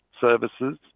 services